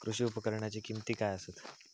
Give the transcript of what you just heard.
कृषी उपकरणाची किमती काय आसत?